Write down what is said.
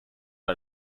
are